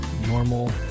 normal